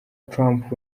trump